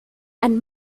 and